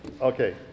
Okay